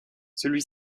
celui